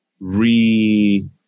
re